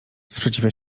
sprzeciwia